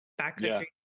backcountry